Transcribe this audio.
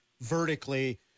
vertically